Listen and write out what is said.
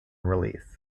release